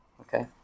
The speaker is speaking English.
okay